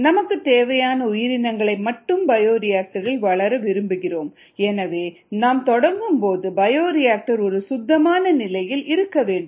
நமக்கு தேவையான உயிரினங்களை மட்டுமே பயோரியாக்டரில் வளர விரும்புகிறோம் எனவே நாம் தொடங்கும் போது பயோரியாக்டர் ஒரு சுத்தமான நிலையில் இருக்க வேண்டும்